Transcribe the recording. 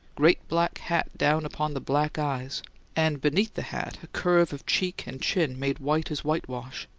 great black hat down upon the black eyes and beneath the hat a curve of cheek and chin made white as whitewash,